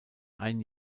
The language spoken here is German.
ein